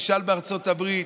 נשאל בארצות הברית,